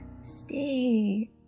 Stay